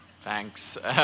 Thanks